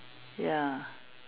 ya